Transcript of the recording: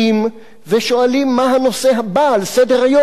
ושואלים מה הנושא הבא על סדר-היום.